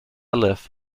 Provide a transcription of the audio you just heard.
live